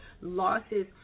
losses